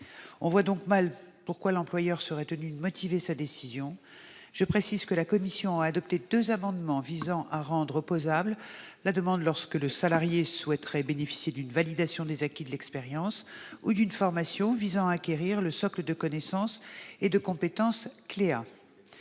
on voit mal pourquoi l'employeur serait tenu de motiver sa décision. Je précise que la commission a adopté deux amendements tendant à rendre opposable la demande lorsque le salarié souhaite bénéficier d'une validation des acquis de l'expérience ou d'une formation visant à acquérir le socle de connaissances et de compétences CléA.